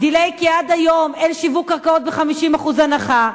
delay, כי עד היום אין שיווק קרקעות ב-50% הנחה.